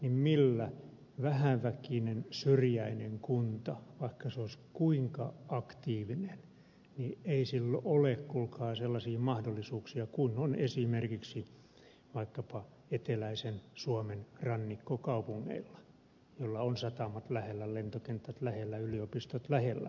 jos on vähäväkinen syrjäinen kunta vaikka se olisi kuinka aktiivinen niin ei sillä ole kuulkaa sellaisia mahdollisuuksia kuin on esimerkiksi vaikkapa eteläisen suomen rannikkokaupungeilla joilla on satamat lähellä lentokentät lähellä yliopistot lähellä